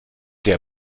der